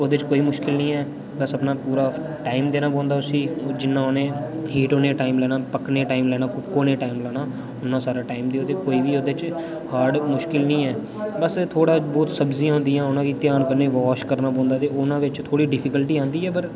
ओह्दे च कोई मुश्कल नी ऐ बस अपना पूरा टाइम देना पौंदा उसी जिन्ना उ'नें हीट होने टाइम लैना पक्कने टाइम लैना कुक होने टाइम लैना उन्ना सारा टाइम देआ दे कोई बी ओह़दे च हार्ड मुश्कल नी ऐ बस थोह्ड़ा बोह्त सब्जियां दियां औना कि ध्यान कन्नै वाश करना पौंदा ते उना बिच्च थोह्ड़ी डिफिकल्टी आंदी ऐ पर